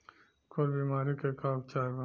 खुर बीमारी के का उपचार बा?